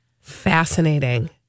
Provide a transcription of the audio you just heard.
Fascinating